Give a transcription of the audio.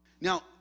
Now